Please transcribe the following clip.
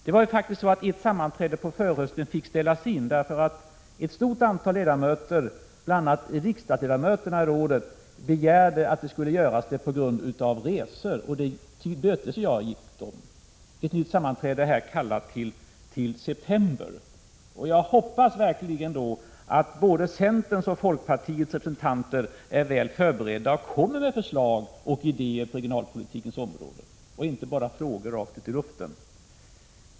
Det var faktiskt så att ett sammanträde på förhösten fick ställas in på grund av att ett stort antal ledamöter, bl.a. riksdagsledamöterna i rådet, begärde att så skulle ske, då de var förhindrade att komma på grund av resor. Jag tillmötesgick framställningen och har kallat till ett nytt sammanträde. Jag hoppas verkligen att både centerns och folkpartiets representanter då kommer väl förberedda och lägger fram förslag och idéer på regionalpolitikens område — inte bara ställer frågor rakt ut i luften.